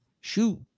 shoot